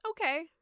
Okay